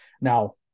Now